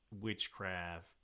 witchcraft